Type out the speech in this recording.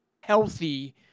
healthy